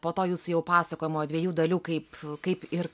po to jūsų jau pasakojimo dviejų dalių kaip kaip ir